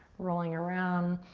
rolling around